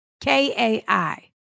K-A-I